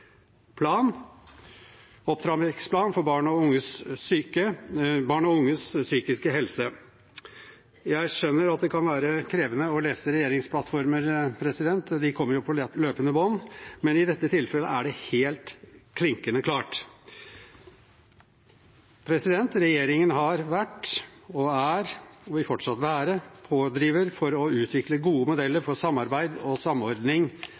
for barn og unges psykiske helse. Jeg skjønner at det kan være krevende å lese regjeringsplattformer, de kommer jo på løpende bånd, men i dette tilfellet er det helt klinkende klart: Regjeringen har vært, er og vil fortsatt være en pådriver for å utvikle gode modeller for samarbeid og samordning